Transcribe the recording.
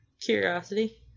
curiosity